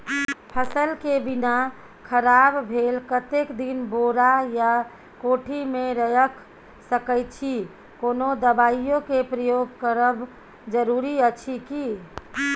फसल के बीना खराब भेल कतेक दिन बोरा या कोठी मे रयख सकैछी, कोनो दबाईयो के प्रयोग करब जरूरी अछि की?